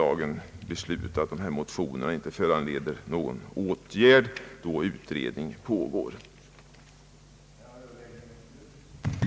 1) om en undersökning av möjligheterna att i riksförsäkringsverkets statistik inkludera fler variabler än de hittills använda i syfte att få bättre begrepp om variationer i sjukfrånvaron mellan olika arbetstagargrupper, samt